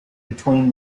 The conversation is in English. between